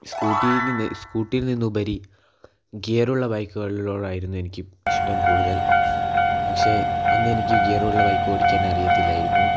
സ്കൂട്ടിയിൽനിന്നുപരി ഗിയറുള്ള ബൈക്കുകളോടായിരുന്നു എനിക്ക് ഇഷ്ട്ടം കൂടുതൽ പക്ഷെ അന്നെനിക്ക് ഗിയറുള്ള ബൈക്കോടിക്കാൻ അറിയത്തില്ലായിരുന്നു